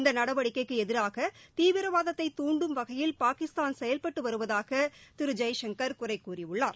இந்த நடவடிக்கைக்கு எதிராக தீவிரவாதத்தை தாண்டும் வகையில் பாகிஸ்தான் செயல்பட்டு வருவதாக திரு ஜெய்சங்கர் குறை கூறியுள்ளார்